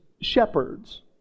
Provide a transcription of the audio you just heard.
shepherds